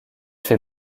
fait